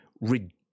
ridiculous